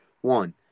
one